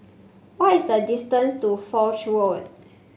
what is the distance to Foch Road